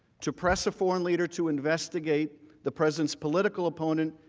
to press a foreign leader to investigate the presidents political opponent,